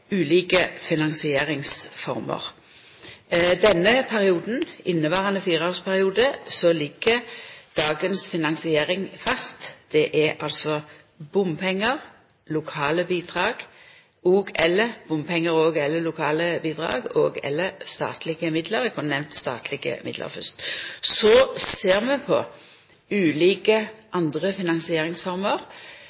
ulike finansieringsformer. I inneverande fireårsperiode ligg dagens finansiering fast. Det er altså bompengar og/eller lokale bidrag og/eller statlege midlar. Eg kunna ha nemnt statlege midlar fyrst. Så ser vi på ulike